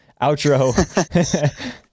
outro